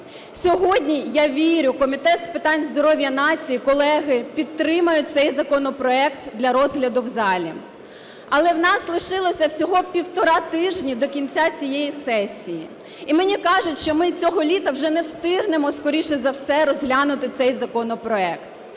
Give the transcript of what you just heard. Сьогодні, я вірю, Комітет з питань здоров'я нації, колеги підтримають цей законопроект для розгляду в залі. Але в нас лишилося всього півтора тижні до кінці цієї сесії. І мені кажуть, що ми цього літа вже не встигнемо, скоріше за все, розглянути цей законопроект,